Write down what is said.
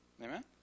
Amen